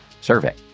survey